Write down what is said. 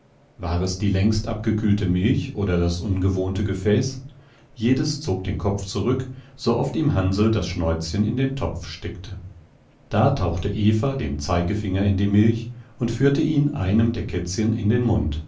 war es die längst abgekühlte milch oder das ungewohnte gefäß jedes zog den kopf zurück sooft ihm hansl das schnäuzchen in den topf steckte da tauchte eva den zeigefinger in die milch und führte ihn einem der kätzchen in den mund